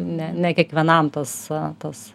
ne ne kiekvienam tas na tas